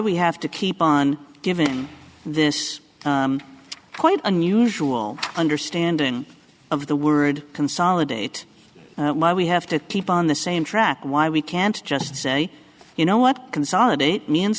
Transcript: we have to keep on giving this quite unusual understanding of the word consolidate why we have to keep on the same track why we can't just say you know what consolidate means